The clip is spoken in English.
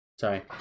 Sorry